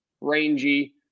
rangy